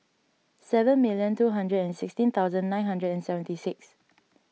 seven million two hundred and sixteen thousand nine hundred and seventy six